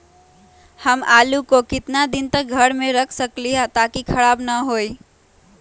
हम आलु को कितना दिन तक घर मे रख सकली ह ताकि खराब न होई?